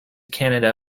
canada